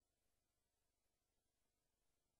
זה על דעתו של ראש הממשלה?